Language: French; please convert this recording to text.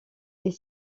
est